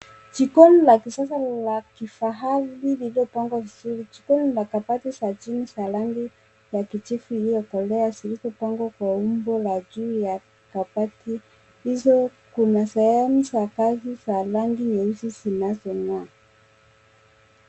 Jikoni la kisasa la kifahari lililopangwa vizuri. Jikoni la kabati za chini za rangi ya kiijivu iliyokolea zililopangwa kwa umbo la juu ya kabati hizo kuna sehemu za kazi za rangi nyeusi zinazonea